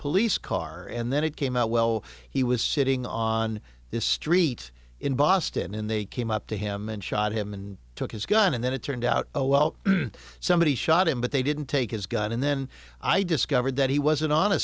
police car and then it came out well he was sitting on this street in boston and they came up to him and shot him and took his gun and then it turned out well somebody shot him but they didn't take his gun and then i discovered that he wasn't on a